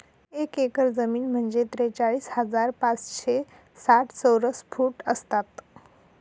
एक एकर जमीन म्हणजे त्रेचाळीस हजार पाचशे साठ चौरस फूट असतात